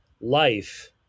life